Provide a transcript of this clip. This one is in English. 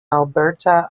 alberta